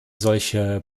solche